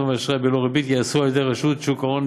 ואשראי בלא ריבית ייעשו על-ידי רשות שוק ההון,